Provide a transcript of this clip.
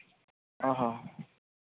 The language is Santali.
ᱦᱚᱸ ᱦᱚᱸ